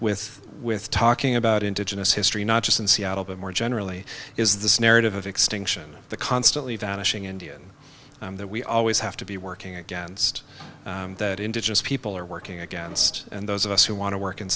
with with talking about indigenous history not just in seattle but more generally is this narrative of extinction the constantly vanishing indian that we always have to be working against that indigenous people are working against and those of us who want to work in